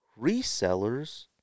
Resellers